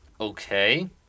Okay